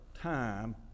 time